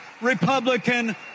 Republican